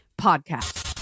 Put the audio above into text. podcast